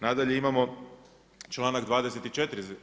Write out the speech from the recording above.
Nadalje, imamo članak 24.